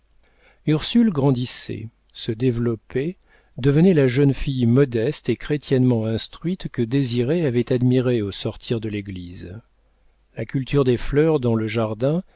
ursule grandissait se développait devenait la jeune fille modeste et chrétiennement instruite que désiré avait admirée au sortir de l'église la culture des fleurs dans le jardin